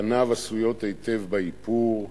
פניו עשויות היטב באיפור,